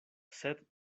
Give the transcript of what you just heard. sed